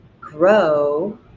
grow